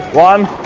one!